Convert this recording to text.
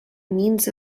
means